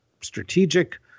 strategic